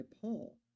Paul